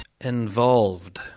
Involved